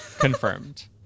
Confirmed